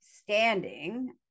Standing